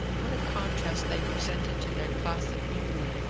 what a contrast they presented to their class in england!